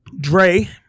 Dre